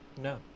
No